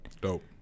dope